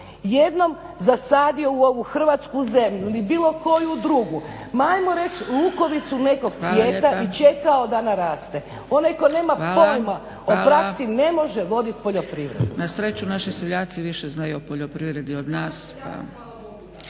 jednom zasadio u ovu hrvatsku zemlju ili bilo koju drugu, ma ajmo reći lukovicu nekog cvijeta i čekao da naraste. Onaj tko nema pojma o praksi ne može voditi poljoprivredu. **Zgrebec, Dragica (SDP)** Hvala. Na sreću naši seljaci više znaju o poljoprivredi od nas.